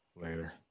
later